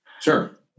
Sure